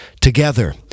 together